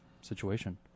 situation